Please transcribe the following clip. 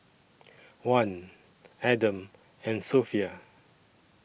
Wan Adam and Sofea